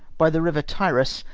by the river tyras,